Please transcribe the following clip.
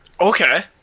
Okay